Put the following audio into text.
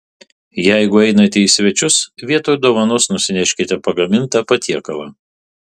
jeigu einate į svečius vietoj dovanos nusineškite pagamintą patiekalą